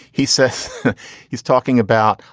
he says he's talking about.